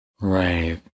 Right